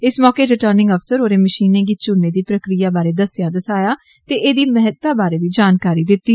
इस मौके रिटन्गि अफसर होरें मषीने गी चुन्ने दी प्रक्रिया बारै दस्सेया ते ऐदी मेहता बारै बी जानकारी दित्ती